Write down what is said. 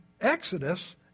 Exodus